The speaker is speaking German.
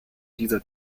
dieser